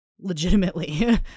legitimately